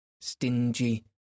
stingy